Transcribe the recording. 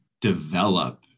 develop